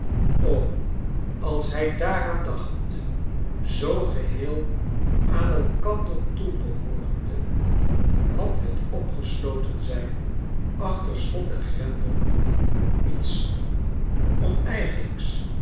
o als hij daaraan dachtl zoo geheel aan elkander toebchoorende had het opgesloten zijn achter slot en grendei niets onoigen